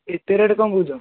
ଏତେ ରେଟ୍ କ'ଣ କହୁଛ